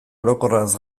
orokorraz